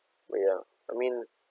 ya I mean